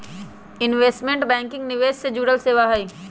investment banking निवेश से जुड़ल सेवा हई